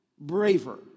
braver